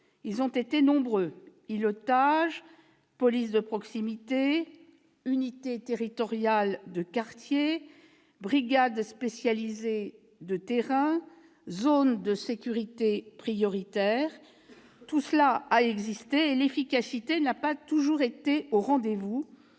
ils ont été nombreux : îlotage, police de proximité, unités territoriales de quartier, ou UTEQ, brigades spécialisées de terrain, ou BST, zones de sécurité prioritaires, ou ZSP. Tout cela a existé et l'efficacité n'a pas toujours été au rendez-vous,